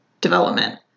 development